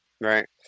right